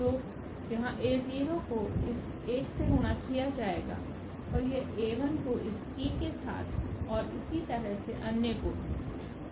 तो यहाँ a0 को इस 1से गुणा किया जाएगा और यह a1 को इस t के साथ और इसी तरह से अन्य को भी